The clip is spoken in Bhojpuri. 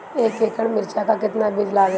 एक एकड़ में मिर्चा का कितना बीज लागेला?